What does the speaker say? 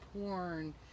porn